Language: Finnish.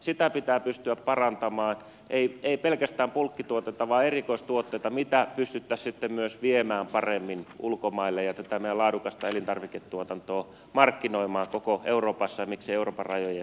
sitä pitää pystyä parantamaan ei pelkästään bulkkituotetta vaan erikoistuotteita mitä pystyttäisiin myös viemään paremmin ulkomaille ja meidän laadukasta elintarviketuotantoa markkinoimaan koko euroopassa ja miksei euroopan rajojen ulkopuolellakin